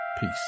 Peace